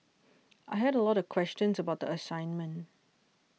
I had a lot of questions about the assignment